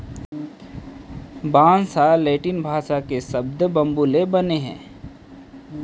बांस ह लैटिन भासा के सब्द बंबू ले बने हे